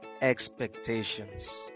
expectations